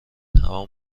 همان